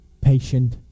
patient